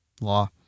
law